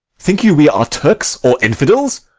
think you we are turks or infidels?